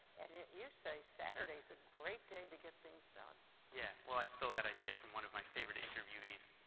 and you say saturday is a great day to get things done yeah. well, i stole that idea from one of my favorite interviewees,